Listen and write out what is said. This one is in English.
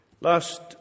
Last